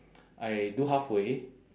I do halfway